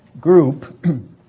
Group